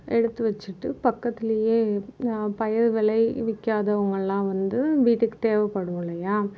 எடுத்து வச்சிட்டு பக்கத்திலயே பயறு விளைவிக்காதவங்களாம் வந்து வீட்டுக்கு தேவைப்படும் இல்லையா